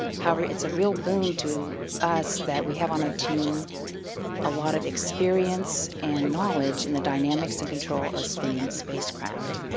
however it's a real boon to us that we have on our team a lot of experience and knowledge in the dynamics and control of spinning spacecraft.